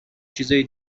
چیزای